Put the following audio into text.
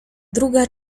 druga